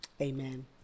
Amen